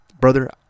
brother